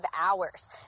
hours